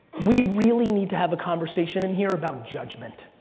we really need to have a conversation in here about judgment.